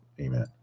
Amen